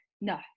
no